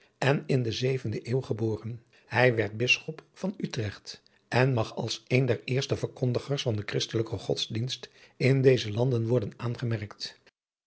en in de zevende eeuw geboren hij werd bisschop van utrecht en mag als een der eerste verkondigers van den christelijken godsdienst in deze landen worden aangemerkt